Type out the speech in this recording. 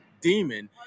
demon